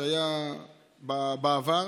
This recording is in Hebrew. שהייתה בעבר,